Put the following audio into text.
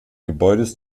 gebäudes